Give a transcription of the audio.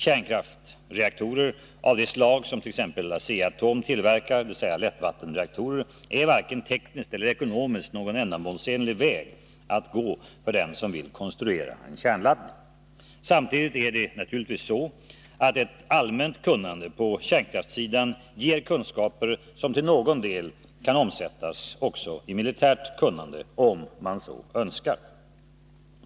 Kärnkraftsreaktorer av det slag som t.ex. Asea-Atom tillverkar, dvs. lättvattenreaktorer, är varken tekniskt eller ekonomiskt någon ändamålsenlig väg att gå för den som vill konstruera en kärnladdning. Samtidigt är det naturligtvis så, att ett allmänt kunnande på kärnkraftssidan ger kunskaper som till någon del kan omsättas i militärt kunnande — om man så önskar.